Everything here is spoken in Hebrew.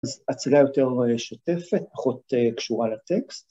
‫אז הצלילה יותר שוטפת, ‫פחות קשורה לטקסט.